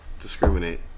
discriminate